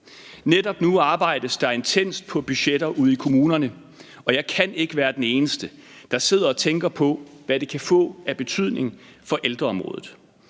Netop nu arbejdes der intenst på budgetter ude i kommunerne, og jeg kan ikke være den eneste, der sidder og tænker på, hvad det kan få af betydning for ældreområdet.